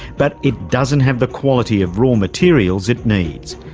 but it doesn't have the quality of raw materials it needs,